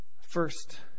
First